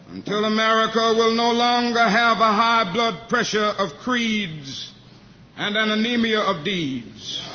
until america will no longer have a high blood pressure of creeds and an anemia of deeds.